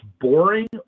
boring